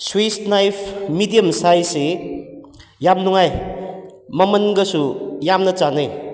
Swiss knife medium ꯁꯥꯏꯖꯁꯤ ꯌꯥꯝꯃꯅ ꯅꯨꯡꯉꯥꯏ ꯃꯃꯟꯒꯁꯨ ꯌꯥꯝꯅ ꯆꯥꯟꯅꯩ